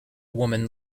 women